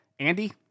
Andy